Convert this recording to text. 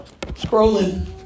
scrolling